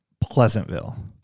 Pleasantville